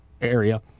area